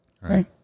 Right